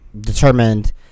determined